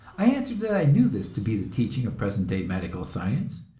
i answered that i knew this to be the teaching of present day medical science,